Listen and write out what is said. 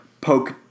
poke